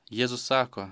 jėzus sako